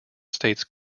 states